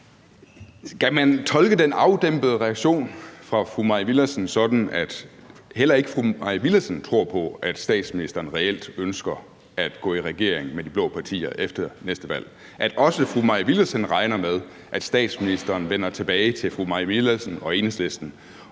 Skal man tolke den afdæmpede reaktion fra fru Mai Villadsen sådan, at heller ikke fru Mai Villadsen tror på, at statsministeren reelt ønsker at gå i regering med de blå partier efter næste valg, og at også fru Mai Villadsen regner med, at statsministeren vender tilbage til fru Mai Villadsen og Enhedslisten